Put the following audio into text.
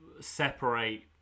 separate